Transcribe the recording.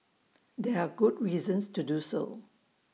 there are good reasons to do so